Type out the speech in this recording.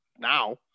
now